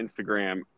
Instagram